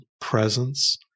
presence